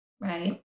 right